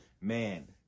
man